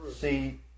see